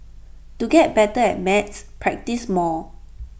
to get better at maths practise more